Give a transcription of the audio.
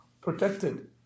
protected